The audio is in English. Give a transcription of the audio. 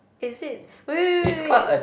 is it wait wait wait wait wait